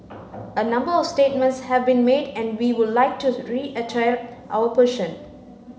a number of statements have been made and we will like to our potion